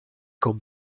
con